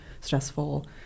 stressful